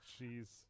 jeez